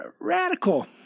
radical